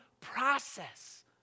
process